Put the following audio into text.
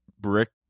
brick